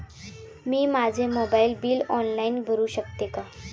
मी माझे mobile bill online भरू शकते का?